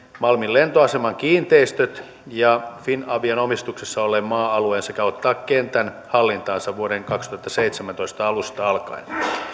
malmin lentoaseman kiinteistöt ja finavian omistuksessa olleen maa alueen sekä ottaa kentän hallintaansa vuoden kaksituhattaseitsemäntoista alusta alkaen